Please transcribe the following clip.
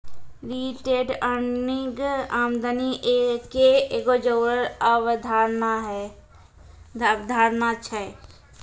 retained earning आमदनी के एगो जरूरी अवधारणा छै